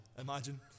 Imagine